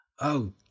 Oh